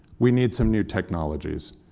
we need some new technologies.